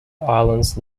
islands